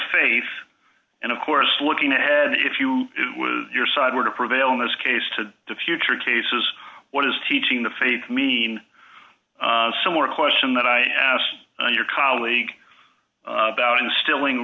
faith and of course looking ahead if you do your side were to prevail in this case to the future cases what is teaching the faith mean similar question that i asked your colleague about instilling